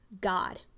God